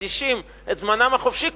מקדישים את זמנם החופשי,